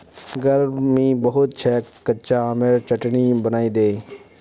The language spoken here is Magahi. गर्मी बहुत छेक कच्चा आमेर चटनी बनइ दे